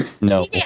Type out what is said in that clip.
No